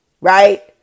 Right